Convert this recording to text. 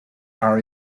are